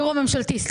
הממשלתי.